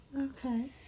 Okay